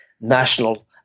national